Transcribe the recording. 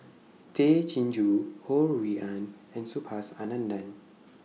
Tay Chin Joo Ho Rui An and Subhas Anandan